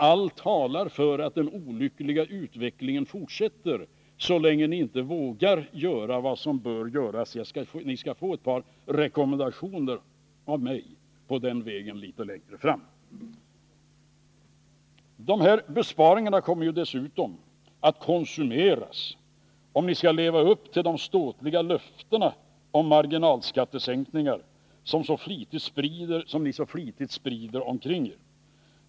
Allt talar för att den olyckliga utvecklingen fortsätter så länge ni inte vågar göra vad som bör göras — ni skall få ett par rekommendationer av mig i det avseendet litet längre fram. Dessa besparingar kommer dessutom att konsumeras, om ni skall leva upp till de ståtliga löftena om marginalskattesänkningar som ni så flitigt sprider omkring er.